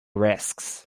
risks